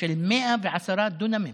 של 110 דונמים